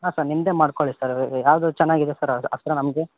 ಹಾಂ ಸರ್ ನಿಮ್ಮದೇ ಮಾಡ್ಕೊಳ್ಳಿ ಸರ್ ಅದು ಯಾವುದು ಚೆನ್ನಾಗಿದೆ ಸರ್ ಹತ್ರ ನಮಗೆ